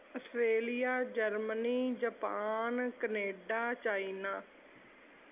Australia Germany Japan Canada China